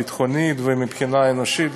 הביטחונית והאנושית,